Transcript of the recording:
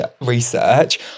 research